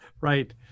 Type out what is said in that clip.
right